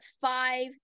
five